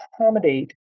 accommodate